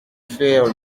faire